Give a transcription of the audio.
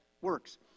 works